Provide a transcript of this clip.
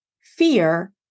fear